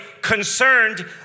concerned